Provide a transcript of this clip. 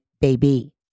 Baby